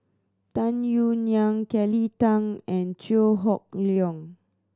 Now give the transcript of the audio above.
Tung Yue Nang Kelly Tang and Chew Hock Leong